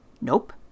nope